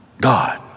God